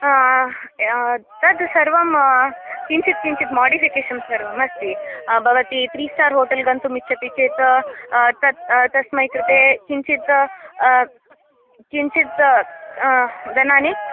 तद् सर्वं किञ्चित् किञ्चित् माडिफ़िकेशन् सर्वम् अस्ति भवती त्री स्टार् होटेल् गन्तुं इच्छति चेत् तत् तस्मै कृते किञ्चित् किञ्चित् धनानि